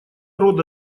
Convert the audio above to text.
рода